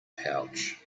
pouch